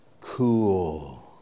cool